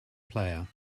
player